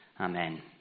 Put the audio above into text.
Amen